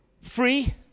free